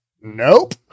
Nope